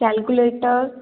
calculator